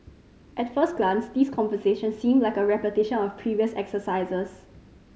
at first glance these conversations seem like a repetition of previous exercises